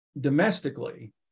domestically